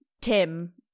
tim